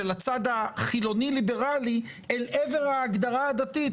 של הצד החילוני ליברלי אל עבר ההגדרה הדתית,